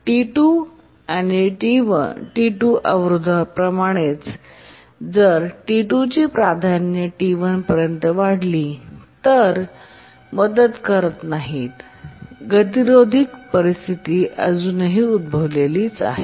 T2 and T २ अवरोधांप्रमाणेच जर T2 ची प्राधान्य T1पर्यंत वाढली तरीही ती मदत करत नाही आणि गतिरोध परिस्थिती अजूनही उद्भवली आहे